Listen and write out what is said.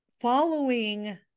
following